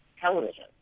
television